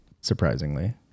surprisingly